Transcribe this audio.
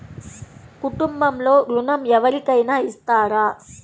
కుటుంబంలో ఋణం ఎవరికైనా ఇస్తారా?